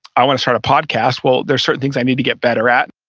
i want to start a podcast. well, there's certain things i need to get better at.